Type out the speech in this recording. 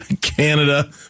Canada